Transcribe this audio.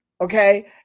Okay